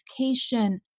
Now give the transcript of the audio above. education